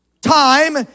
Time